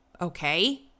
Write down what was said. Okay